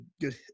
good